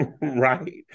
Right